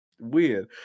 weird